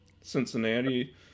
Cincinnati